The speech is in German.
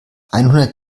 einhundert